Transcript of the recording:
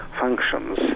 functions